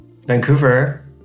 Vancouver